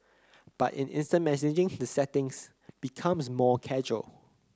but in instant messaging the settings becomes more casual